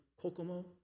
Kokomo